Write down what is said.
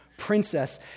princess